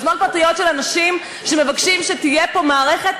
יוזמות פרטיות של אנשים שמבקשים שתהיה פה מערכת